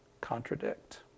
contradict